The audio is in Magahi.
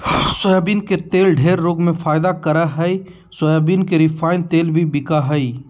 सोयाबीन के तेल ढेर रोग में फायदा करा हइ सोयाबीन के रिफाइन तेल भी बिका हइ